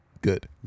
good